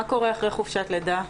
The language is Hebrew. מה קורה אחרי חופשת לידה?